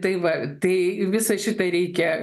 tai va tai visą šitą reikia